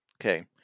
Okay